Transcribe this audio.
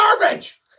garbage